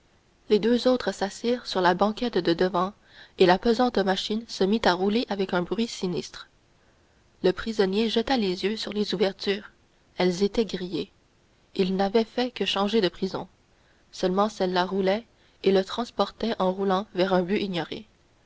les deux autres s'assirent sur la banquette de devant et la pesante machine se mit à rouler avec un bruit sinistre le prisonnier jeta les yeux sur les ouvertures elles étaient grillées il n'avait fait que changer de prison seulement celle-là roulait et le transportait en roulant vers un but ignoré